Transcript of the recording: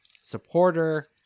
supporter